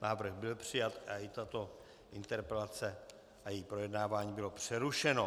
Návrh byl přijat a i tato interpelace a její projednávání bylo přerušeno.